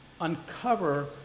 uncover